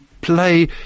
play